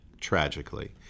tragically